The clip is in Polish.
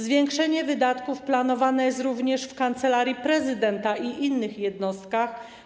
Zwiększenie wydatków planowane jest również w Kancelarii Prezydenta i innych jednostkach.